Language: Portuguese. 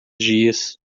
dias